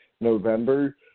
November